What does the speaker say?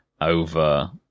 over